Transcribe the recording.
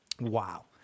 Wow